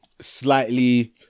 slightly